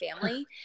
family